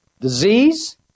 disease